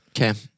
Okay